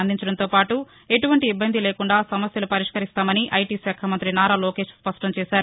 అందించటంతోపాటు ఎటువంటి ఇబ్బంది లేకుండా నమన్యలు వరిష్కరిస్తామని ఐ టి శాఖ మంగ్రితి నారా లోకేష్ స్పష్టంచేశారు